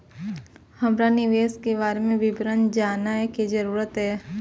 हमरा निवेश के बारे में विवरण जानय के जरुरत ये?